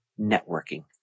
networking